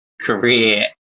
career